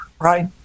right